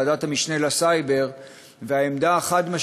בוועדת המשנה לסייבר,